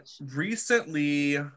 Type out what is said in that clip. Recently